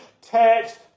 text